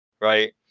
right